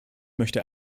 möchte